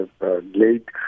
late